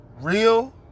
real